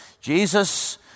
Jesus